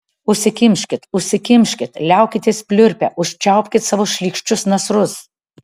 užsikimškit užsikimškit liaukitės pliurpę užčiaupkit savo šlykščius nasrus